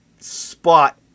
spot